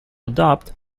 adopt